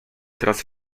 teraz